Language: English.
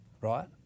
right